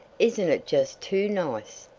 isn't it just too nice!